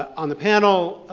on the panel